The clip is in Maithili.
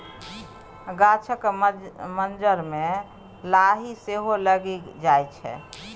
गाछक मज्जर मे लाही सेहो लागि जाइ छै